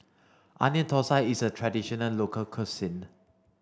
onion Thosai is a traditional local cuisine